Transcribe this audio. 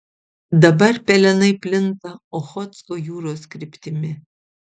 dabar pelenai plinta ochotsko jūros kryptimi